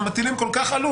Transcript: הוא הסביר את כל התהליך